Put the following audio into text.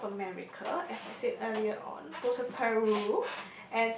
South America as I said earlier on Costa Peru